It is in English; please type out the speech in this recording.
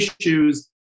issues